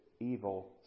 evil